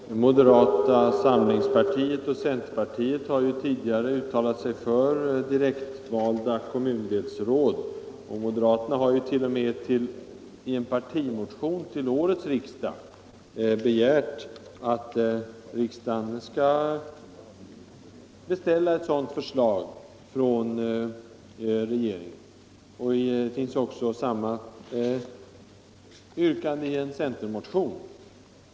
Herr talman! Moderata samlingspartiet och centerpartiet har tidigare uttalat sig för direktvalda kommundelsråd. Moderaterna har t.o.m. i en partimotion till årets riksdag begärt att riksdagen skall beställa ett sådant förslag från regeringen. Samma yrkande finns också i en centermotion.